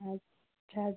अच्छा